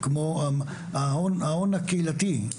אתה יודע כמה עולה קייטנות להורים?